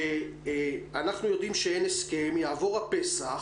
שאנחנו יודעים שאין הסכם, יעבור הפסח,